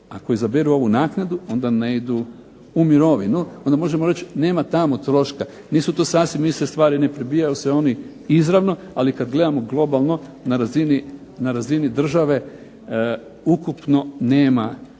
ako izaberu ovu naknadu onda ne idu u mirovinu, onda možemo reći da tamo nema troška. Nisu to sasvim iste stvari, ne pribijaju se oni izravno ali kada gledamo globalno na razini države, ukupno nema